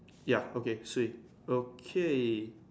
ya okay sweet okay